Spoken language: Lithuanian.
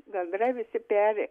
gandrai visi peri